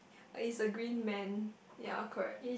oh is a green man ya correct